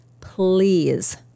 Please